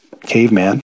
Caveman